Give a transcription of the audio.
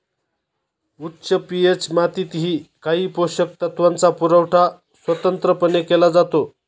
उच्च पी.एच मातीतही काही पोषक तत्वांचा पुरवठा स्वतंत्रपणे केला जातो